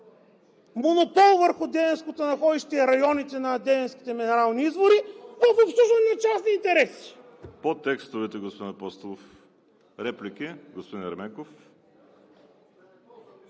монопол върху Девинското находище и районите на девинските минерални извори в обслужване на частни интереси.